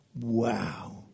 Wow